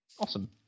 Awesome